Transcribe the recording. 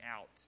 out